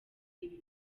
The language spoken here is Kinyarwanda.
ibi